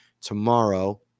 tomorrow